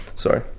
Sorry